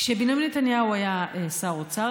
כשבנימין נתניהו היה שר אוצר,